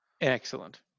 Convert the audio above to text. Excellent